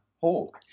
hold